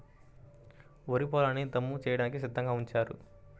వరి పొలాల్ని దమ్ము చేయడానికి సిద్ధంగా ఉంచారు